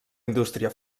indústria